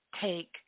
take